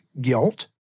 guilt